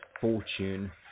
fortune